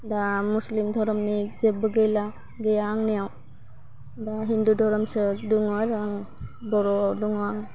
दा मुस्लिम दहोरोमनि जेब्बो गैला बे आंनियाव बा हिन्दु दोहोरोमसो दं आरो आं बर'वाव दङ आं